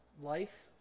life